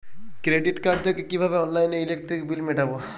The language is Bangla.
ক্রেডিট কার্ড থেকে কিভাবে অনলাইনে ইলেকট্রিক বিল মেটাবো?